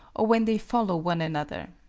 or when they follow one another.